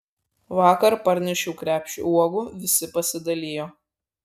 vakar parnešiau krepšį uogų visi pasidalijo